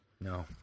No